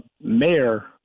mayor